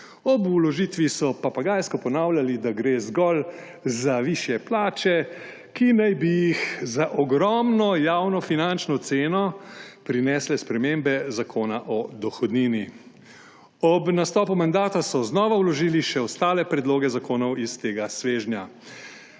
Ob vložitvi so papagajsko ponavljali, da gre zgolj za višje plače, ki naj bi jih za ogromno javnofinančno ceno prinesle spremembe Zakona o dohodnini. Ob nastopu mandata so znova vložili še ostale predloge zakonov iz tega svežnja.